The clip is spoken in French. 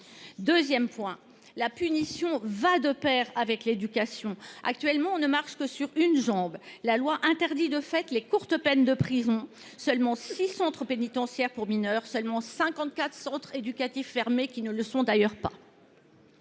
Deuxièmement, la punition va de pair avec l’éducation. Actuellement, on ne marche que sur une jambe ! La loi interdit de fait les courtes peines de prison. Il n’existe que six centres pénitentiaires pour mineurs et cinquante quatre centres éducatifs fermés, qui ne sont d’ailleurs